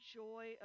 joy